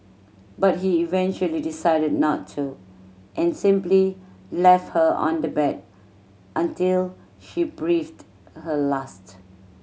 but he eventually decided not to and simply left her on the bed until she breathed her last